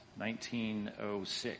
1906